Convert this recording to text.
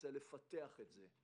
נרצה לפתח את זה,